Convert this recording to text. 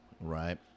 Right